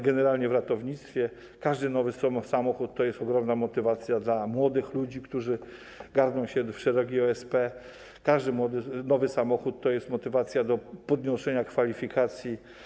Generalnie w ratownictwie każdy nowy samochód to jest ogromna motywacja dla młodych ludzi, którzy garną się do OSP, każdy nowy samochód to jest motywacja do podnoszenia kwalifikacji.